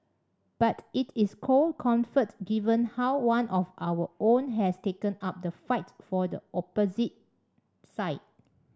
but it is cold comfort given how one of our own has taken up the fight for the opposite side